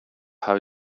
how